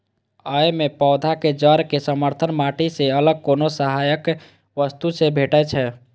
अय मे पौधाक जड़ कें समर्थन माटि सं अलग कोनो सहायक वस्तु सं भेटै छै